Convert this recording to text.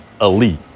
elite